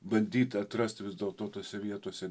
bandyt atrast vis dėlto tose vietose